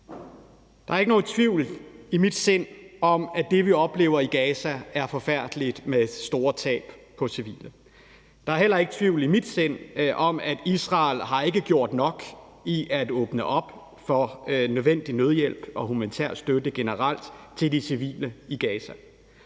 Der er ikke nogen tvivl i mit sind om, at det, vi oplever i Gaza, er forfærdeligt med store tab på civile. Der er heller ikke tvivl i mit sind om, at Israel ikke har gjort nok for at åbne op for den nødvendige nødhjælp og den humanitære støtte generelt til de civile i Gaza.